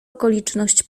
okoliczność